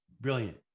brilliant